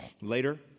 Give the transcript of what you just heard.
later